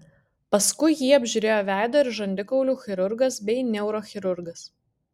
paskui jį apžiūrėjo veido ir žandikaulių chirurgas bei neurochirurgas